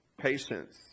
patience